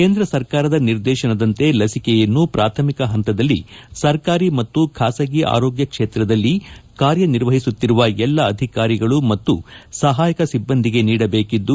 ಕೇಂದ್ರ ಸರ್ಕಾರದ ನಿರ್ದೇಶನದಂತೆ ಲಸಿಕೆಯನ್ನು ಪಾಥಮಿಕ ಪಂತದಲ್ಲಿ ಸರ್ಕಾರಿ ಮತ್ತು ಖಾಸಗಿ ಆರೋಗ್ಯ ಕ್ಷೇತ್ರದಲ್ಲಿ ಕಾರ್ಯ ನಿರ್ವಹಿಸುತ್ತಿರುವ ಎಲ್ಲಾ ಅಧಿಕಾರಿಗಳು ಮತ್ತು ಸಹಾಯಕ ಸಿಬ್ಬಂದಿಗೆ ನೀಡಬೇಕಿದ್ದು